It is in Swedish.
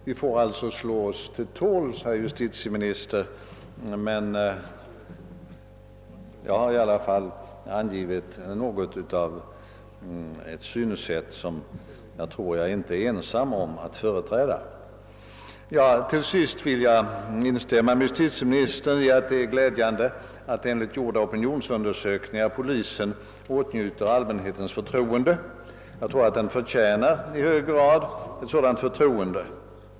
Vi får alltså ge oss till tåls, herr justitieminister, men jag har i alla fall angivit något av ett synsätt som jag tror att jag inte är ensam om att företräda. Till sist instämmer jag i justitieministerns uttalande att det är glädjande att enligt gjorda Oopinionsundersökningar polisen åtnjuter allmänhetens förtroende. Jag tror att den i hög grad förtjänar ett sådant förtroende.